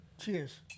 Cheers